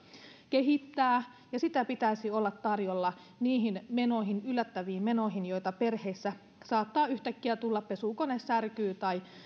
kehittää ja sitä pitäisi olla tarjolla niihin yllättäviin menoihin joita perheissä saattaa yhtäkkiä tulla pesukone särkyy tai